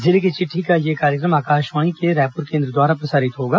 जिले की चिट्ठी का यह कार्यक्रम आकाशवाणी के रायपुर केंद्र द्वारा प्रसारित होगा